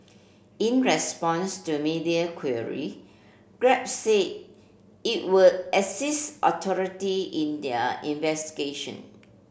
in response to media query Grab said it would assist authority in their investigation